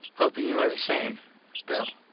hoping you are the same bill